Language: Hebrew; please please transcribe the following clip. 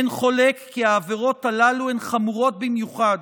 אין חולק כי העבירות הללו הן חמורות במיוחד,